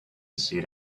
seat